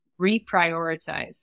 reprioritize